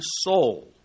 soul